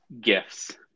gifts